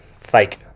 fake